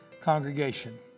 congregation